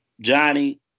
Johnny